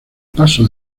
paso